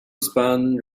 spun